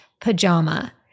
pajama